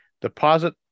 deposit